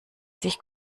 sich